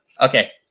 Okay